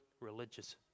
religious